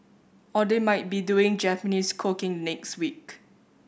or they might be doing Japanese cooking the next week